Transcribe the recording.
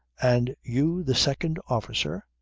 and you the second officer!